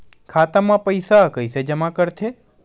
खाता म पईसा कइसे जमा करथे?